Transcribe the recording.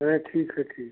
अरे ठीक है ठीक